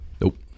Nope